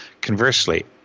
Conversely